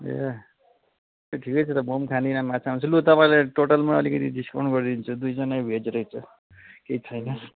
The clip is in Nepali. ए ए ठिकै छ त म पनि खाँदिनँ माछामासु लु तपाईँलाई टोटलमा अलिकति डिस्काउन्ट गरिदिन्छु दुईजनै भेज रहेछौँ केही छैन